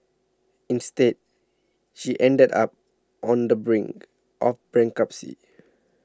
instead she ended up on the brink of bankruptcy